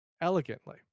elegantly